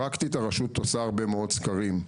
פרקטית, הרשות עושה הרבה מאוד סקרים.